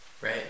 Right